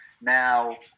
Now